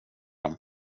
dem